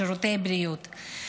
לשירותי בריאות.